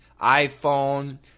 iPhone